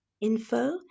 info